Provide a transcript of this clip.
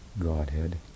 Godhead